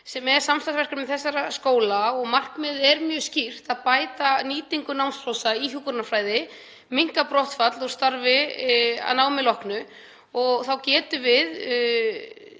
sem er samstarfsverkefni þessara skóla. Markmiðið er mjög skýrt: Að bæta nýtingu námspósta í hjúkrunarfræði og minnka brottfall úr starfi að námi loknu. Þá getum við